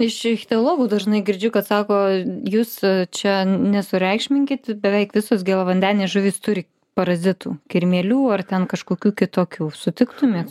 iš ichtiologų dažnai girdžiu kad sako jūs čia nesureikšminkit beveik visos gėlavandenės žuvys turi parazitų kirmėlių ar ten kažkokių kitokių sutiktumėt